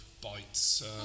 bites